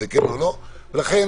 לכן